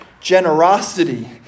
generosity